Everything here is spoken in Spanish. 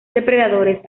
depredadores